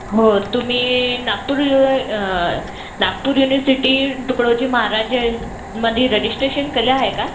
हो तुम्ही नागपूर नागपूर यूनिसिटी तुकडोजी महाराजमध्ये रजिस्ट्रेशन केलं आहे का